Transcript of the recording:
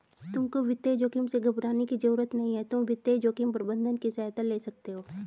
तुमको वित्तीय जोखिम से घबराने की जरूरत नहीं है, तुम वित्तीय जोखिम प्रबंधन की सहायता ले सकते हो